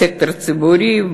בסקטור הציבורי,